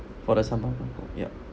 for the sambal yup